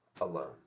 alone